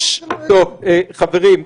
חברים,